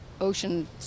ocean